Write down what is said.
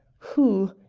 who?